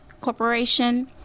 Corporation